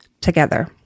together